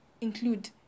include